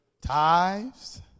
Tithes